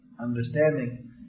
understanding